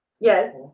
Yes